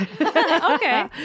Okay